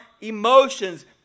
emotions